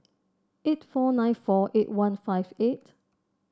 eight four nine four eight one five eight